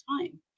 time